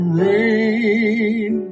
rain